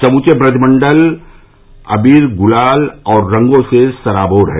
समूचे ब्रजमण्डल अबीर गुलाल और रंगो से सराबोर है